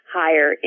higher